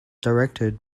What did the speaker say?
directed